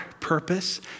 purpose